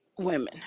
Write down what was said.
women